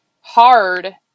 hard